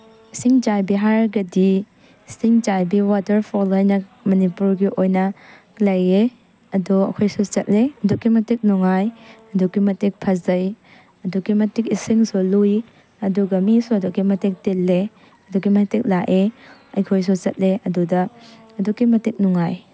ꯏꯁꯤꯡ ꯆꯥꯏꯕꯤ ꯍꯥꯏꯔꯒꯗꯤ ꯏꯁꯤꯡ ꯆꯥꯏꯕꯤ ꯋꯉꯇꯔ ꯐꯣꯜ ꯍꯥꯏꯅ ꯃꯅꯤꯄꯨꯔꯒꯤ ꯑꯣꯏꯅ ꯂꯩꯑꯦ ꯑꯗꯣ ꯑꯩꯈꯣꯏꯁꯨ ꯆꯠꯂꯦ ꯑꯗꯨꯛꯀꯤ ꯃꯇꯤꯛ ꯅꯨꯡꯉꯥꯏ ꯑꯗꯨꯛꯀꯤ ꯃꯇꯤꯛ ꯐꯖꯩ ꯑꯗꯨꯛꯀꯤ ꯃꯇꯤꯛ ꯏꯁꯤꯡꯁꯨ ꯂꯨꯏ ꯑꯗꯨꯒ ꯃꯤꯁꯨ ꯑꯗꯨꯛꯀꯤ ꯃꯇꯤꯛ ꯇꯤꯜꯂꯦ ꯑꯗꯨꯛꯀꯤ ꯃꯇꯤꯛ ꯂꯥꯛꯑꯦ ꯑꯩꯈꯣꯏꯁꯨ ꯆꯠꯂꯦ ꯑꯗꯨꯗ ꯑꯗꯨꯛꯀꯤ ꯃꯇꯤꯛ ꯅꯨꯡꯉꯥꯏ